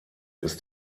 ist